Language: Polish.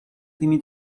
tymi